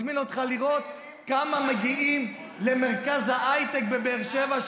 מזמין אותך לראות כמה מגיעים למרכז ההייטק בבאר שבע,